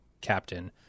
captain